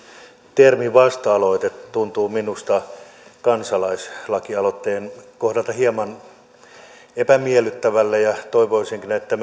termi vasta aloite tuntuu minusta kansalaislakialoitteen kohdalla hieman epämiellyttävälle ja toivoisinkin että